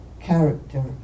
character